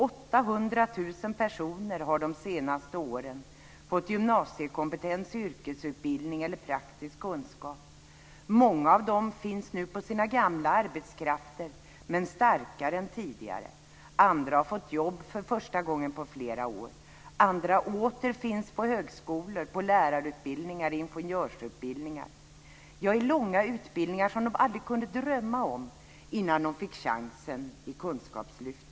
800 000 personer har de senaste åren fått gymnasiekompetens, yrkesutbildning eller praktisk kunskap. Många av dem finns nu på sina gamla arbetsplatser, men starkare än tidigare. Andra har fått jobb för första gången på flera år. Andra åter finns på högskolor, på lärarutbildningar och ingenjörsutbildningar. De finns i långa utbildningar som de aldrig kunde drömma om innan de fick chansen i Kunskapslyftet.